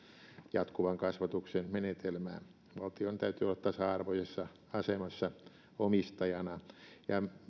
jatkuvan kasvatuksen menetelmää valtion täytyy olla tasa arvoisessa asemassa omistajana ja